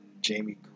Jamie